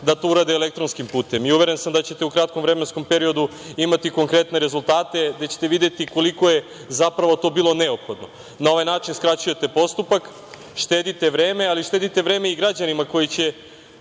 da to urade elektronskim putem. Uveren sam da ćete u kratkom vremenskom periodu imati konkretne rezultate gde ćete videti koliko je zapravo to bilo neophodno. Na ovaj način skraćujete postupak, štedite vreme, ali štedite vreme i građanima koji će